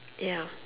ya